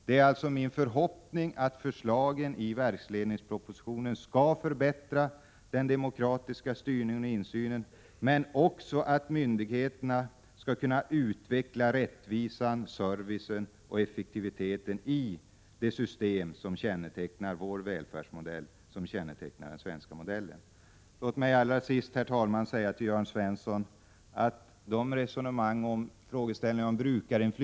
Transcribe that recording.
Det är alltså min förhoppning att förslagen i verksledningspropositionen skall förbättra den demokratiska styrningen och insynen, men också att myndigheterna skall kunna utveckla rättvisan, servicen och effektiviteten i det system som kännetecknar vår välfärdsmodell, som kännetecknar den svenska modellen. Låt mig allra sist, herr talman, säga till Jörn Svensson att regeringen kommer tillbaka med en proposition som rör frågeställningarna om brukar = Prot.